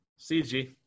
CG